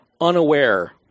unaware